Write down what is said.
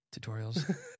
Tutorials